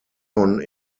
von